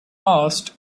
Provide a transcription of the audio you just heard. asked